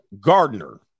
Gardner